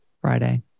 Friday